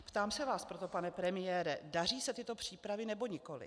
Ptám se vás proto, pane premiére: Daří se tyto přípravy, nebo nikoliv?